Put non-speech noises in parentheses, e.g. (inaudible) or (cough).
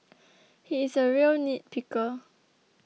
(noise) he is a real nitpicker